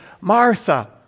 Martha